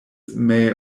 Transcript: may